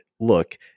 Look